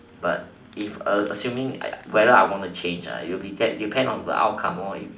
but if assuming I whether I want to change ah it'll be that depend on the outcome lor if